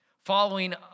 Following